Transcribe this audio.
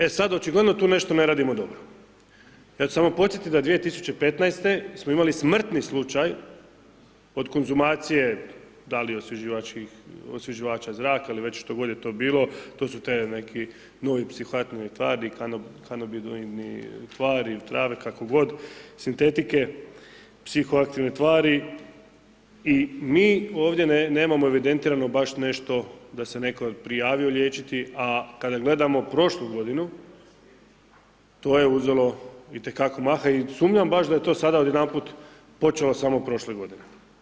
E sad očigledno tu nešto ne radimo dobro. ja ću samo podsjetiti da 2015. smo imali smrtni slučaj od konzumacije da li osvježivača zraka ili već što god je to bilo, to su te neke nove psihoaktivne tvari, kanobidnoidne tvari u travi, kako god, sintetike, psihoaktivne tvari i mi ovdje nemamo evidentirano baš nešto da se netko prijavio liječiti a kada gledamo prošlu godinu, to je uzelo itekako maha i sumnjama baš da je to sada odjedanput počelo samo prošle godine.